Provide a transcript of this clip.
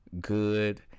good